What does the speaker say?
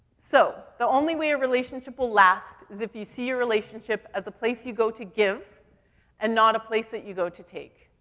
so the only way a relationship will last is if you see your relationship as a place you go to give and not a place that you go to take.